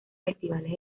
festivales